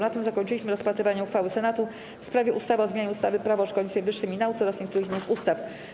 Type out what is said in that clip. Na tym zakończyliśmy rozpatrywanie uchwały Senatu w sprawie ustawy o zmianie ustawy - Prawo o szkolnictwie wyższym i nauce oraz niektórych innych ustaw.